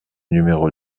numéro